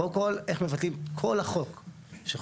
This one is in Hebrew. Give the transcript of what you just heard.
קודם כל איך מבטלים את כל החוק שקיים.